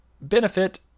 benefit